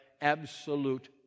absolute